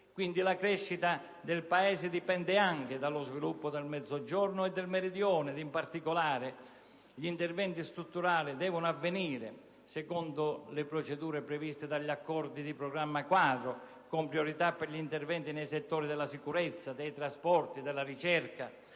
Quindi, la crescita del Paese dipende anche dallo sviluppo del Meridione. In particolare, gli interventi strutturali devono avvenire secondo le procedure previste dagli accordi di programma quadro, con priorità per gli interventi nei settori della sicurezza, dei trasporti, della ricerca,